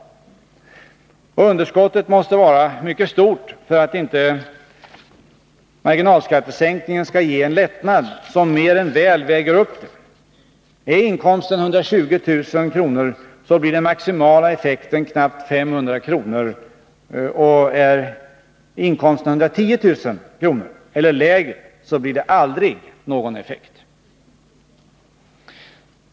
Och underskottet måste vara mycket stort för att inte marginalskattesäkningen skall ge en lättnad som mer än väl väger upp det. Är inkomsten 120 000 kr. blir den maximala effekten knappt 500 kr., och är inkomsten 110 000 kr. eller lägre blir det aldrig någon effekt.